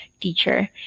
teacher